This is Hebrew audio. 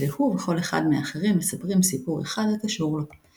והוא וכל אחד מהאחרים מספרים סיפור אחד הקשור לו.